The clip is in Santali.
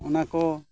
ᱚᱱᱟ ᱠᱚ